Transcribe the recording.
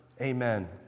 Amen